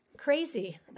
crazy